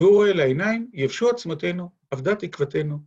‫והוא רואה לעיניים, יבשו עצמותנו, ‫אבדה תקוותנו.